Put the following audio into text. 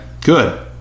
good